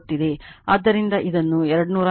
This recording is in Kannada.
ಆದ್ದರಿಂದ ಇದನ್ನು 208 ಎಂದು ನೀಡಲಾಗಿದೆ